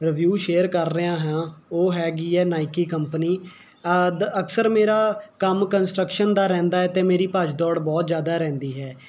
review share ਕਰ ਰਿਹਾ ਹਾਂ ਉਹ ਹੈਗੀ ਹੈ ਨਾਇਕੀ ਕੰਪਨੀ ਅਕਸਰ ਮੇਰਾ ਕੰਮ ਕੰਸਟਰਕਸ਼ਨ ਦਾ ਰਹਿੰਦਾ ਹੈ ਅਤੇ ਮੇਰੀ ਭੱਜ ਦੌੜ ਬਹੁਤ ਜਿਆਦਾ ਰਹਿੰਦਾ ਹੈ